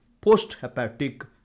post-hepatic